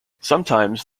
sometimes